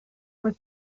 was